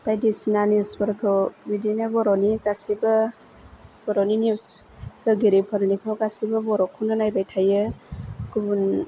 बादिसिना निउसफोरखो बिदिनो बर'नि गासिबो बर'नि निउस होगिरिफोरनिखौ गासिबो बर'खौनो नायबाय थायो गुबुन